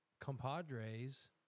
compadres